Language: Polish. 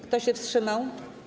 Kto się wstrzymał?